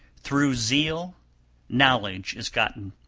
through zeal knowledge is gotten,